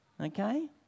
Okay